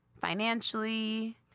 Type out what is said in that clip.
financially